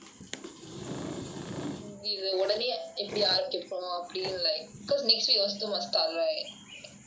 அதா இப்போ நாம்ம இத ஒடனே ஆரம்பிக்க போறோம்:athaan ippo namma itha odanae arambikka porom like because next week also must start right